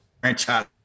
franchise